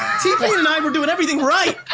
t-pain and i were doing everything right.